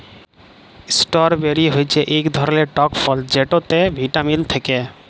strawberry হচ্যে ইক ধরলের টক ফল যেটতে ভিটামিল থ্যাকে